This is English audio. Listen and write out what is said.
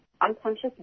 unconscious